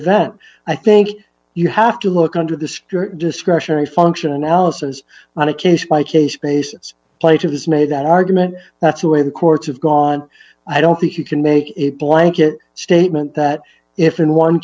event i think you have to look under the your discretionary function analysis on a case by case basis plato has made that argument that's the way the courts have gone i don't think you can make it blanket statement that if in one